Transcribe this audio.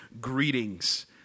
Greetings